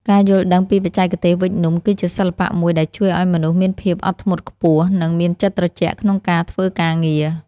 ការយល់ដឹងពីបច្ចេកទេសវេចនំគឺជាសិល្បៈមួយដែលជួយឱ្យមនុស្សមានភាពអត់ធ្មត់ខ្ពស់ និង មានចិត្តត្រជាក់ក្នុងការធ្វើការងារ។